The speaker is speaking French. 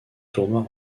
tournois